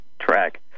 track